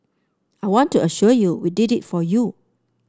I want to assure you we did it for you